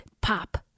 Pop